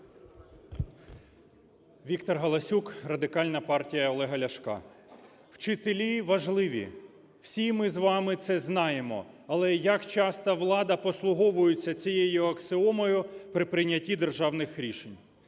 Віктор Галасюк, Радикальна партія Олега Ляшка. Вчителі важливі, всі ми з вами це знаємо, але як часто влада послуговується цією аксіомою при прийнятті державних рішень?